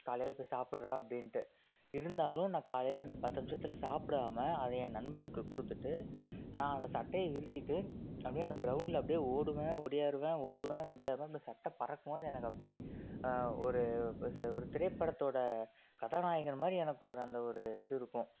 காலையில போய் சாப்பிட்றா அப்படின்ட்டு இருந்தாலும் நான் காலைல அந்த பத்து நிமிஷத்தில் சாப்பிடாம அதை ஏன் நண்பனுக்கு கொடுத்துட்டு நான் அதை சட்டையை விரிச்சிவிட்டு அப்படியே அந்த கிரவுண்டில் அப்படியே ஓடுவேன் ஓடியாருவேன் ஓடுவேன் ஓடியாருவேன் அப்படியே சட்டை பறக்கும் போது எனக்கு அப்படியே ஒரு ஒரு திரைப்படத்தோட கதாநாயகன் மாதிரி எனக்கு ஒரு அந்த ஒரு இதுருக்கும்